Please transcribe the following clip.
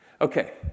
Okay